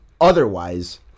otherwise